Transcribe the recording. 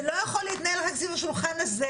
זה לא יכול להתנהל רק סביב השולחן הזה,